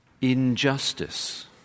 injustice